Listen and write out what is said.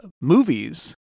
movies